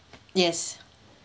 yes